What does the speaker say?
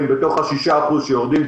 הם בתוך ה-6% שיורדים,